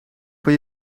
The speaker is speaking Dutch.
voor